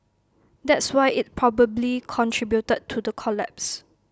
that's why IT probably contributed to the collapse